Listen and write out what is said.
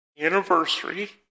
anniversary